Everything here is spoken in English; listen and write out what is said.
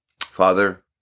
Father